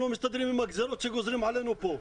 לא מסתדרים עם הגזירות שגוזרים עלינו פה.